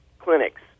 clinics